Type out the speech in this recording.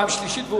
פעם שלישית,